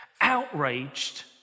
outraged